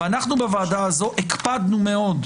אנחנו בוועדה הזו הקפדנו מאוד,